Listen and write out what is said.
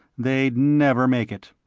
they'd never make it.